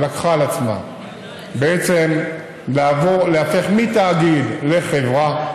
ולקחה על עצמה בעצם להיהפך מתאגיד לחברה,